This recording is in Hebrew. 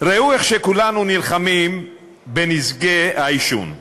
ראו איך כולנו נלחמים בנזקי העישון,